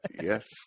yes